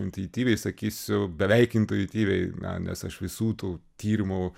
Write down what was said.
intuityviai sakysiu beveik intuityviai na nes aš visų tų tyrimų